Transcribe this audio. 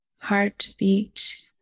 heartbeat